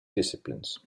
disciplines